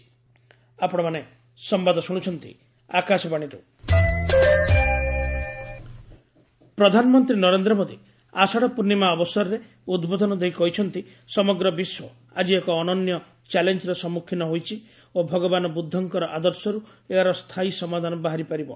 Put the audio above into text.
PM Ashadha Purnima ପ୍ରଧାନମନ୍ତ୍ରୀ ନରେନ୍ଦ୍ର ମୋଦୀ ଆଷାତ୍ ପ୍ରର୍ଷିମା ଅବସରରେ ଉଦ୍ବୋଧନ ଦେଇ କହିଛନ୍ତି ସମଗ୍ର ବିଶ୍ୱ ଆଜି ଏକ ଅନନ୍ୟ ଚ୍ୟାଲେଞ୍ଜର ସମ୍ମୁଖୀନ ହୋଇଛି ଓ ଭଗବାନ ବୁଦ୍ଧଙ୍କର ଆଦର୍ଶରୁ ଏହାର ସ୍ଥାୟୀ ସମାଧାନ ବାହାରିପାରିବ